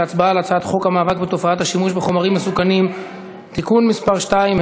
להצבעה על הצעת חוק המאבק בתופעת השימוש בחומרים מסכנים (תיקון מס' 2),